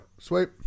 Sweet